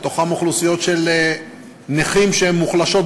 בתוכן אוכלוסיות של נכים שהן מוחלשות במיוחד.